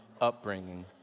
upbringing